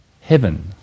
heaven